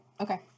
Okay